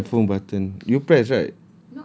I press my phone button you press right